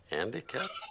Handicap